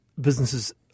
businesses